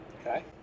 Okay